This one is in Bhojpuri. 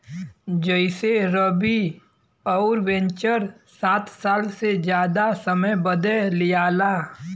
जइसेरवि अउर वेन्चर सात साल से जादा समय बदे लिआला